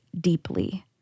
deeply